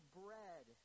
bread